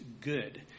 good